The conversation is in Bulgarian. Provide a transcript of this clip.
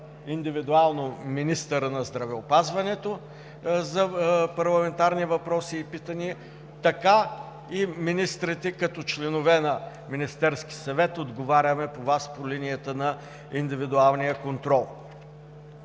индивидуално министъра на здравеопазването за парламентарни въпроси и питания, така и министрите, като членове на Министерския съвет, отговаряме на Вас по линията на индивидуалния контрол.